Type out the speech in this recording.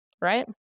right